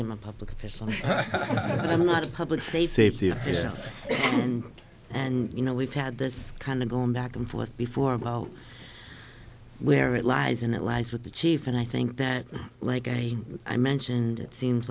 am a public official i'm not a public safety you know and you know we've had this kind of going back and forth before about where it lies and it lies with the chief and i think that like i i mentioned it seems